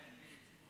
על